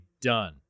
done